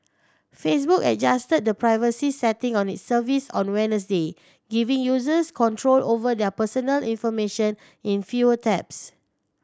Facebook adjusted the privacy setting on its service on Wednesday giving users control over their personal information in fewer taps